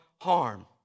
harm